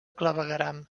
clavegueram